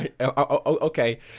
okay